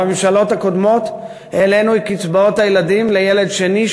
בממשלות הקודמות העלינו את קצבאות הילדים לילד שני,